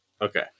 Okay